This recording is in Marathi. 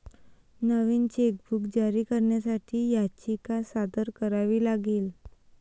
नवीन चेकबुक जारी करण्यासाठी याचिका सादर करावी लागेल